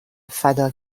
فدا